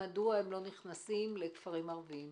מדוע הם לא נכנסים לכפרים ערביים.